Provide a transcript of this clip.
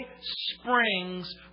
springs